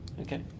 Okay